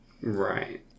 Right